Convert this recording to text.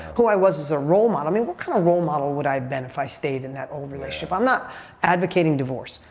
who i was as a role model. i mean, what kind of role model would i have been if i had stayed in that old relationship? i'm not advocating divorce.